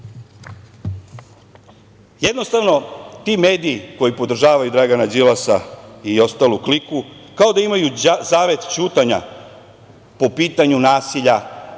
Jednostavno, ti mediji koji podržavaju Dragana Đilasa i ostalu kliku kao da imaju zavet ćutanja po pitanju nasilja